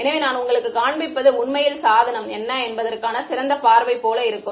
எனவே நான் உங்களுக்குக் காண்பிப்பது உண்மையில் சாதனம் என்ன என்பதற்கான சிறந்த பார்வை போல இருக்கும்